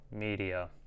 media